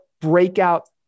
breakout